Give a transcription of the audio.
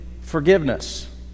forgiveness